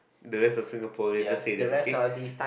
the rest are Singaporean just say that okay